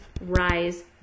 rise